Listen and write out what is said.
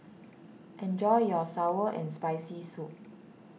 enjoy your Sour and Spicy Soup